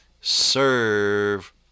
serve